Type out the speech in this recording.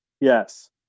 Yes